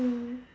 mm